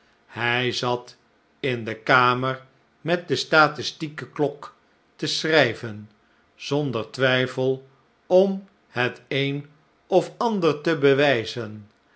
hij zat in de kamer met de statistieke klok te schrijven zonder twijfel om het een of ander te bewijzen